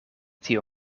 tiu